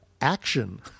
Action